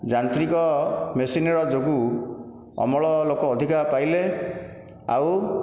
ଯାନ୍ତ୍ରିକ ମେସିନ୍ ର ଯୋଗୁଁ ଅମଳ ଲୋକ ଅଧିକ ପାଇଲେ ଆଉ